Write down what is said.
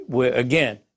Again